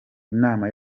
inama